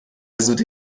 زودی